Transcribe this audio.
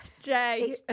Jay